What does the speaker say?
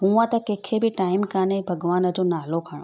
हूंअं त केखे बि टाइम कान्हे भॻवान जो नालो खणो